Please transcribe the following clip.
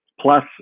plus